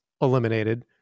eliminated